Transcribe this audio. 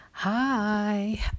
Hi